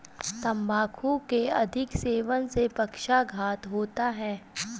तंबाकू के अधिक सेवन से पक्षाघात होता है